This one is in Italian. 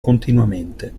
continuamente